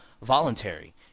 voluntary